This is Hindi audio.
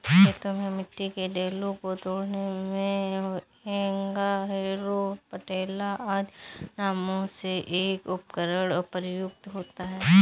खेतों में मिट्टी के ढेलों को तोड़ने मे हेंगा, हैरो, पटेला आदि नामों से एक उपकरण प्रयुक्त होता है